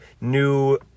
new